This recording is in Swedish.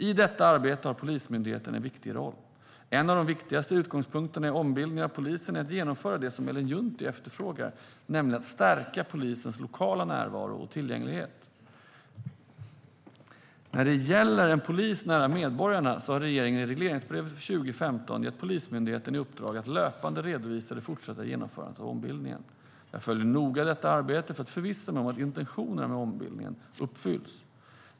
I detta arbete har Polismyndigheten en viktig roll. En av de viktigaste utgångspunkterna i ombildningen av polisen är att genomföra det som Ellen Juntti efterfrågar, nämligen att stärka polisens lokala närvaro och tillgänglighet. När det gäller polis nära medborgarna har regeringen i regleringsbrevet för 2015 gett Polismyndigheten i uppdrag att löpande redovisa det fortsatta genomförandet av ombildningen. Jag följer noga detta arbete för att förvissa mig om att intentionerna med ombildningen uppfylls.